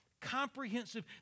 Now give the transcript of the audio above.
comprehensive